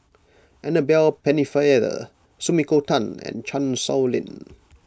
Annabel Pennefather Sumiko Tan and Chan Sow Lin